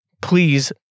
please